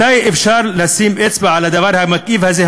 מתי אפשר לשים אצבע על הדבר המכאיב הזה,